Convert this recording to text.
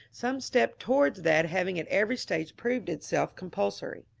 some step towards that having at every stage proved itself compulsory.